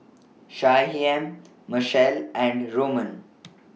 Shyheim Machelle and Roman